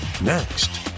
Next